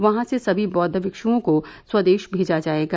वहां से सभी बौद्व भिक्षुओं को स्वदेश भेजा जाएगा